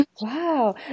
Wow